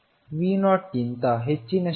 V0 ಗಿಂತ ಹೆಚ್ಚಿನ ಶಕ್ತಿ